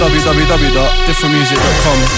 www.differentmusic.com